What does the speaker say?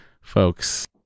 folks